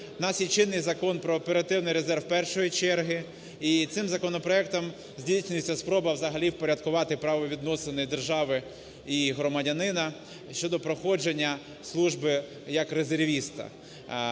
В нас є чинний Закон "Про оперативний резерв першої черги". І цим законопроектом здійснюється спроба взагалі впорядкувати правовідносини держави і громадянина щодо проходження служби як резервіста.